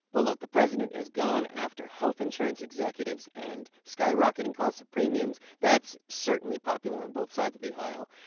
well look, the president has gone after health insurance executives and skyrocketing costs of premiums. that's certainly popular on both sides of the aisle.